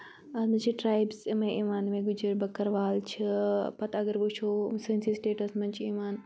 اَتھ منٛز چھِ ٹرایبٕس یِمے یِوان یِمے گُجر بَکٕروال چھِ پَتہٕ اگر وٕچھو سٲنسٕے سٹیٹَس منٛز چھِ یِوان